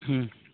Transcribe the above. ହଁ